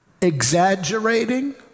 exaggerating